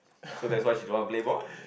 so that's why she don't want blame oh